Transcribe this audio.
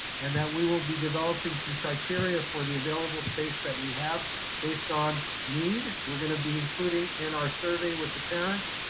and that we will be developing some criteria for the available space that we have based on need. we're going to be including in our survey with the parents,